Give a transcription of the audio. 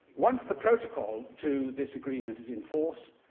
once the protocol to this agreement is in force,